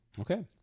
Okay